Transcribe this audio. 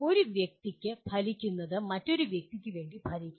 ഒരു വ്യക്തിക്ക് ഫലിക്കുന്നത് മറ്റൊരു വ്യക്തിക്ക് വേണ്ടി ഫലിക്കില്ല